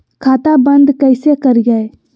खाता बंद कैसे करिए?